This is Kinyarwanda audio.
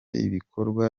ibikorwa